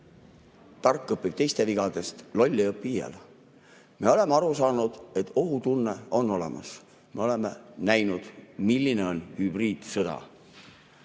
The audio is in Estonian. tark õpib teiste vigadest, loll ei õpi iial.Me oleme aru saanud, et ohutunne on olemas. Me oleme näinud, milline on hübriidsõda.